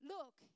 Look